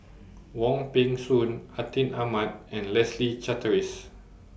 Wong Peng Soon Atin Amat and Leslie Charteris